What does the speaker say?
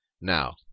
Now